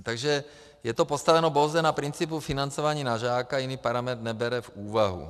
Takže je to postaveno pouze na principu financování na žáka, jiný parametr nebere v úvahu.